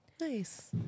nice